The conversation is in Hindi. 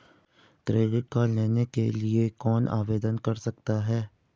क्रेडिट कार्ड लेने के लिए कौन आवेदन कर सकता है?